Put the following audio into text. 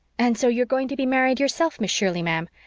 and so you're going to be married yourself, miss shirley, ma'am?